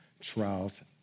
Trials